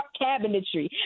cabinetry